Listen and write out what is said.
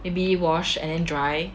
it'd be wash and dry